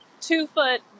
two-foot